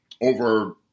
over